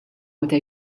meta